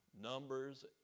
Numbers